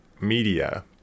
Media